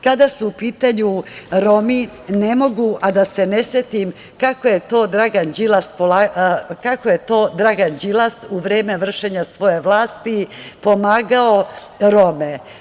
Kada su u pitanju Romi, ne mogu a da se ne setim kako je to Dragan Đilas u vreme vršenja svoje vlasti pomagao Rome.